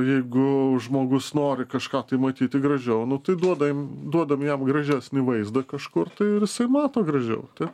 jeigu žmogus nori kažką tai matyti gražiau nu tai duodam duodam jam gražesnį vaizdą kažkur tai ir jisai mato gražiau tai